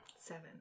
Seven